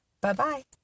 Bye-bye